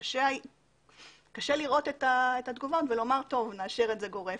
וקשה לראות את התגובות ולומר שנאשר את זה גורף.